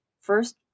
first